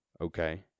okay